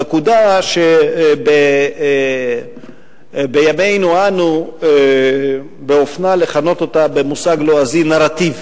נקודה שבימינו-אנו באופנה לכנות אותה במושג לועזי נרטיב.